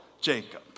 Jacob